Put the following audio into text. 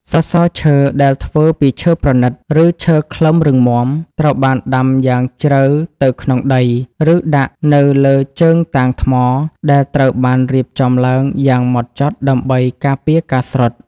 សសរឈើដែលធ្វើពីឈើប្រណីត ឬឈើខ្លឹមរឹងមាំ ត្រូវបានដាំយ៉ាងជ្រៅទៅក្នុងដី ឬដាក់នៅលើជើងតាងថ្ម ដែលត្រូវបានរៀបចំឡើងយ៉ាងហ្មត់ចត់ដើម្បីការពារការស្រុត។